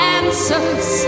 answers